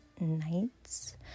nights